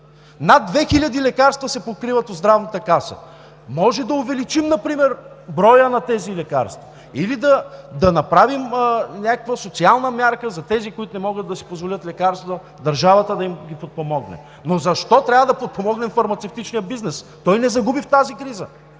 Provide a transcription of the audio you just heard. Над 2000 лекарства се покриват от Здравната каса. Може да увеличим например броя на тези лекарства или да направим някаква социална мярка за тези, които не могат да си позволят лекарства – държавата да ги подпомогне. Но защо трябва да подпомогнем фармацевтичния бизнес? Той не загуби в тази криза.